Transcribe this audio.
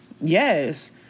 Yes